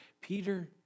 Peter